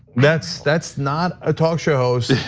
that's that's not a talk show host.